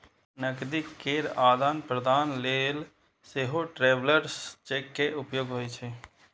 नकदी केर आदान प्रदान लेल सेहो ट्रैवलर्स चेक के उपयोग होइ छै